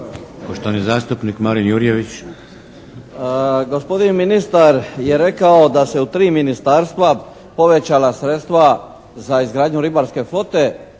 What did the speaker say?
Poštovani zastupnik Marin Jurjević.